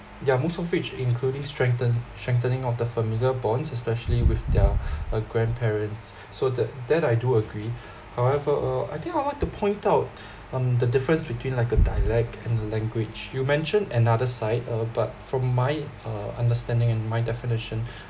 yeah most of which including strengthen strengthening of the familiar bonds especially with their uh grandparents so that that I do agree however uh I think I would like de to point out um the difference between like a dialect and the language you mentioned another side uh but from my uh understanding and my definition